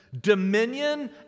dominion